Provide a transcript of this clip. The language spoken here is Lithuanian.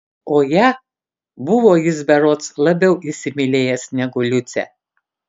o ją buvo jis berods labiau įsimylėjęs negu liucę